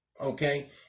Okay